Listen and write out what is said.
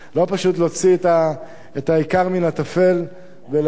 לא פשוט להוציא את העיקר מן הטפל ולאלץ